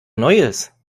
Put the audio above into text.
neues